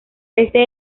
este